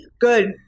good